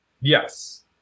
Yes